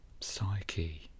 psyche